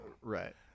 right